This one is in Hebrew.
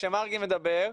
כשמרגי מדבר,